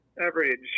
average